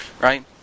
right